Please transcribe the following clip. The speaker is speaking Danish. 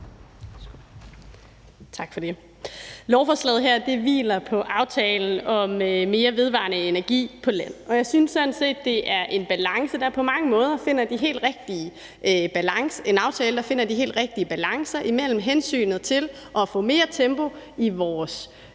Tak for det. Lovforslaget her hviler på aftalen om mere vedvarende energi på land, og jeg synes sådan set, det er en aftale, der på mange måder finder de helt rigtige balancer mellem hensynet til at få mere tempo i vores